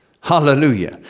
Hallelujah